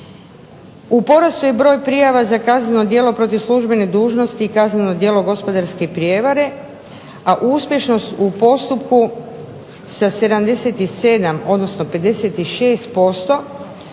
U porastu je broj prijava za kazneno djelo protiv službene dužnosti i kazneno djelo gospodarske prijevare, a uspješnost u postupku sa 77 odnosno 56%